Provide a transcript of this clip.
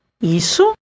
isso